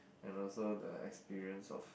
and also the experience of